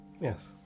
Yes